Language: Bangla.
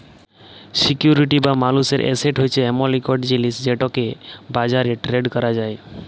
সিকিউরিটি বা মালুসের এসেট হছে এমল ইকট জিলিস যেটকে বাজারে টেরেড ক্যরা যায়